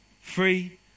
free